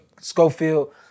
Schofield